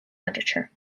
literature